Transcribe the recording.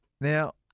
Now